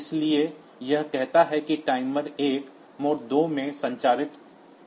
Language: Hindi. इसलिए यह कहता है कि टाइमर 1 मोड 2 में संचालित होगा